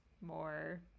more